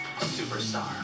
Superstar